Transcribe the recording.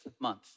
month